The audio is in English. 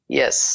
yes